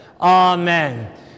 Amen